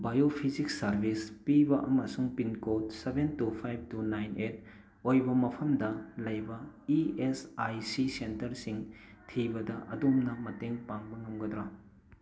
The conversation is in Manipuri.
ꯕꯥꯏꯑꯣꯐꯤꯖꯤꯛꯁ ꯁꯥꯔꯚꯤꯁ ꯄꯤꯕ ꯑꯃꯁꯨꯡ pin code seven two five two nine eight ꯑꯣꯏꯕ ꯃꯐꯝꯗ ꯂꯩꯕ ꯏ ꯑꯦꯁ ꯑꯥꯏ ꯁꯤ ꯁꯦꯟꯇꯔꯁꯤꯡ ꯊꯤꯕꯗ ꯑꯗꯣꯝꯅ ꯃꯇꯦꯡ ꯄꯥꯡꯕ ꯉꯝꯒꯗ꯭ꯔꯥ